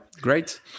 great